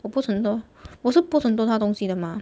我 post 很多我是 post 很多他东西的吗